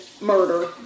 murder